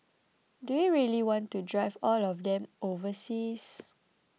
do we really want to drive all of them overseas